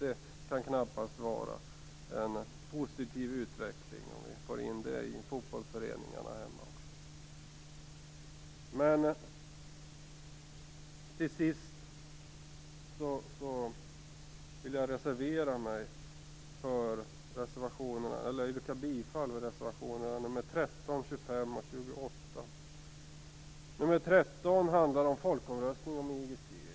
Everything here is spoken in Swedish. Det kan knappast vara en positiv utveckling om vi får in det i fotbollsföreningarna hemma. Till sist vill jag yrka bifall till reservationerna 13, Nr 13 handlar om folkomröstning om IGC.